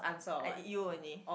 you only